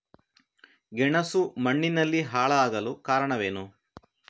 ಗೆಣಸು ಮಣ್ಣಿನಲ್ಲಿ ಹಾಳಾಗಲು ಕಾರಣವೇನು?